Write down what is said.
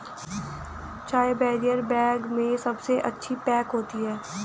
चाय barrier bag में सबसे अच्छी पैक होती है